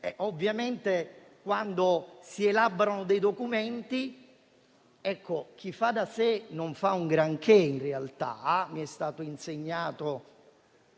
Ovviamente quando si elaborano dei documenti, chi fa da sé non fa granché in realtà, come mi è stato insegnato